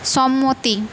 সম্মতি